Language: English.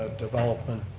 ah development,